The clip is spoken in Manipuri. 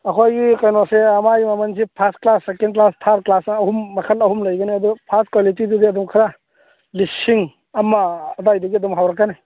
ꯑꯩꯈꯣꯏꯒꯤ ꯀꯩꯅꯣꯁꯦ ꯃꯥꯒꯤ ꯃꯃꯜꯁꯤ first class second class third class ꯍꯥꯏꯅ ꯑꯍꯨꯝ ꯃꯈꯜ ꯑꯍꯨꯝ ꯂꯩꯒꯅꯤ ꯑꯗꯨ ꯐꯥꯔꯁ ꯀ꯭ꯋꯥꯂꯤꯇꯤꯗꯨꯗꯤ ꯑꯗꯨꯝ ꯈꯔ ꯂꯤꯁꯤꯡ ꯑꯃ ꯑꯗꯨꯋꯥꯏꯗꯒꯤ ꯑꯗꯨꯝ ꯍꯧꯔꯒꯅꯤ